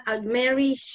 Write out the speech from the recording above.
Mary